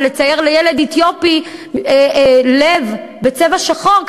זה פשוט לצייר לילד אתיופי לב בצבע שחור,